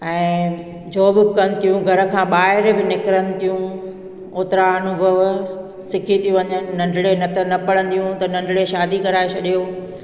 ऐं जॉब बि कनि थियूं घर खां ॿाहिर बि निकिरनि थियूं ओतिरा अनुभव सिखी थियूं वञनि नंढिणे न त न पढ़ंदियूं त नंढिणे शादी कराए छॾियो